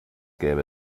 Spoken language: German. gäbe